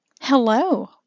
Hello